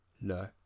no